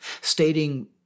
stating